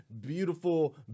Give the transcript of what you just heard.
beautiful